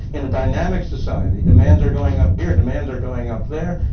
in a dynamic society, demands are going up here, demands are going up there.